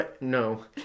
No